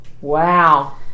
Wow